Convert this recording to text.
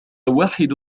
واحد